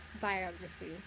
biography